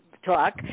talk